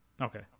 Okay